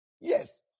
yes